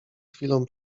chwilą